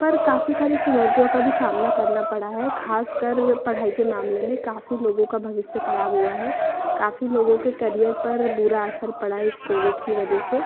पर काफ़ी सारे चुनौतियों का भी सामना करना पड़ा है खास कर पढ़ाई के मामले में काफ़ी लोगो का भविष्य खराब हुआ है काफ़ी लोगों के करियर पर बुरा असर पड़ा है इस कोविड की वजह से